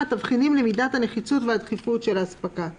של אספקת